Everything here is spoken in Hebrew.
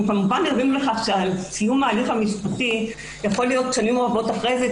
אנחנו כמובן ערים לכך שסיום ההליך המשפטי יכול להיות שנים רבות אחרי כן,